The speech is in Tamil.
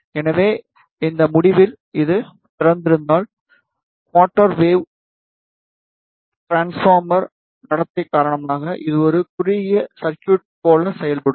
எனவே இந்த முடிவில் இது திறந்திருந்தால் குவாட்டர் வேவ் ட்ரான்ஸபோர்மர் நடத்தை காரணமாக இது ஒரு குறுகிய சர்குய்ட் போல செயல்படும்